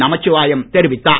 நமச்சிவாயம் தெரிவித்தார்